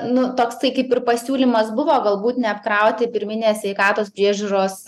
nu toksai kaip ir pasiūlymas buvo galbūt neapkrauti pirminės sveikatos priežiūros